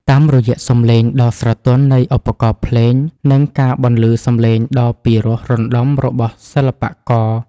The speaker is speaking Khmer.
តាមរយៈសម្លេងដ៏ស្រទន់នៃឧបករណ៍ភ្លេង និងការបន្លឺសម្លេងដ៏ពិរោះរណ្តំរបស់សិល្បករ